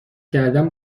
کردن